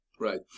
Right